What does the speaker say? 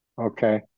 Okay